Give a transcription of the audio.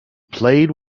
played